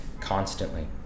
constantly